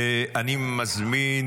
אני מזמין